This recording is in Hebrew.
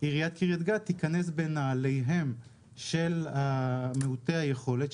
עיריית קריית גת תיכנס לנעליהם של מעוטי היכולת,